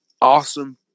awesome